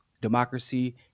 democracy